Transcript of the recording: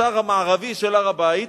לשער המערבי של הר-הבית,